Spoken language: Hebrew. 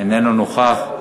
איננו נוכח.